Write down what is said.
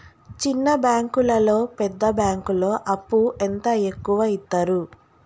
చిన్న బ్యాంకులలో పెద్ద బ్యాంకులో అప్పు ఎంత ఎక్కువ యిత్తరు?